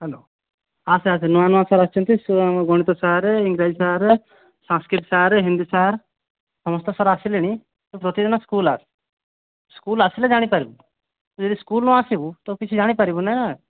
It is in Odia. ହ୍ୟାଲୋ ଆସେ ଆସେ ନୂଆ ନୂଆ ସାର୍ ଆସିଛନ୍ତି ସେ ଆମ ଗଣିତ ସାର୍ ଇଂରାଜୀ sir Sanskrit sir Hindi sir ସମସ୍ତ ସାର୍ ଆସିଲେଣି ତୁ ପ୍ରତି ଦିନ ସ୍କୁଲ ଆସେ ସ୍କୁଲ ଆସିଲେ ଜାଣିପାରିବୁ ଯଦି ସ୍କୁଲ ନ ଆସିବୁ ତ କିଛି ଜାଣି ପାରିବୁ ନା